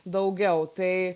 daugiau tai